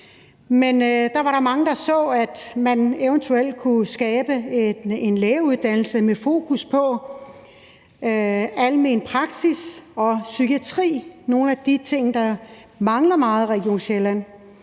Der var mange, der så, at man eventuelt kunne skabe en lægeuddannelse med fokus på almen praksis og psykiatri. Det er nogle af de ting, der mangler meget i Region Sjælland,